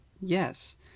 yes